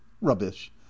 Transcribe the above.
rubbish